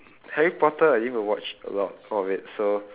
harry-potter I didn't even watch a lot of it so